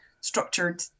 structured